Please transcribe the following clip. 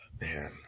Man